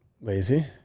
lazy